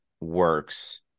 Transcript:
works